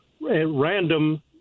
random